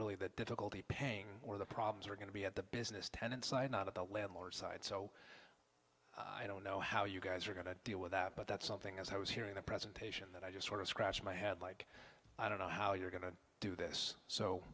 really that difficulty paying or the problems are going to be at the business tenant side not the landlord side so i don't know how you guys are going to deal with that but that's something as i was hearing the presentation that i just sort of scratch my head like i don't know how you're going to do this so